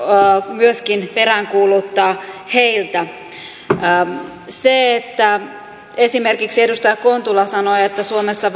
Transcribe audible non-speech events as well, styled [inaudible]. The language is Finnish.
myöskin peräänkuuluttaa heiltä esimerkiksi edustaja kontula sanoi että suomessa [unintelligible]